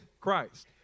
Christ